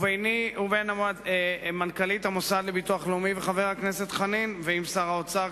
וביני ומנכ"לית המוסד לביטוח לאומי וחבר הכנסת חנין לשר האוצר,